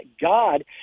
God